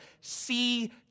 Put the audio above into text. see